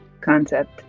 concept